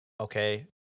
okay